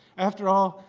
after all,